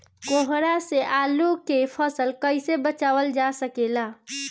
कोहरा से आलू के फसल कईसे बचावल जा सकेला?